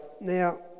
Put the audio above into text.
Now